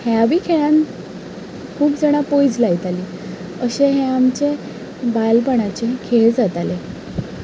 ह्या बी खेळांत खूब जाणां पैज लायतालीं अशें हें आमचे बालपणाचे खेळ जाताले